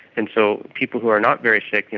and so people who are not very sick, and